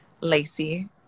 Lacey